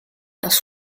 dass